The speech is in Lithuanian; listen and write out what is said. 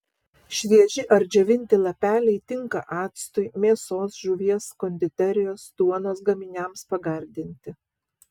švieži ar džiovinti lapeliai tinka actui mėsos žuvies konditerijos duonos gaminiams pagardinti